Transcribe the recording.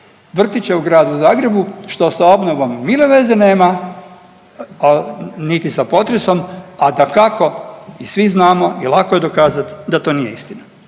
vrtiće u Gradu Zagrebu što sa obnovom mile veze nema, a niti sa potresom, a dakako i svi znamo i lako je dokazat da to nije istina.